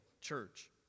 church